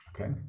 Okay